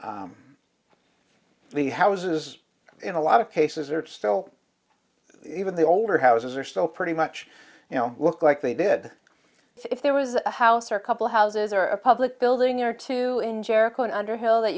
the houses in a lot of cases are still even the older houses are still pretty much you know look like they did if there was a house or couple houses or a public building or two in jericho in underhill that